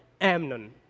Amnon